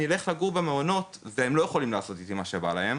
אני אלך לגור במעונות והם לא יכולים לעשות איתי כל מה שעולה ברוחם.